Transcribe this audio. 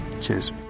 Cheers